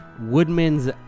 Woodman's